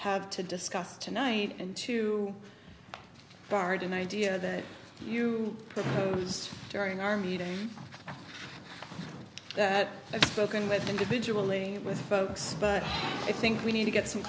have to discuss tonight and to barden idea that you missed during our meeting that i've spoken with individually with folks but i think we need to get some